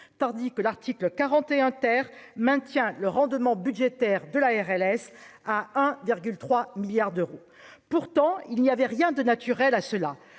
tandis que l'article 41 terre maintient le rendement budgétaire de la RLS à 1 virgule 3 milliards d'euros, pourtant il n'y avait rien de naturel à cela